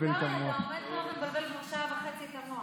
הוא צריך בוודאי משמעות והתערבות הרבה יותר חזקה ודרמטית.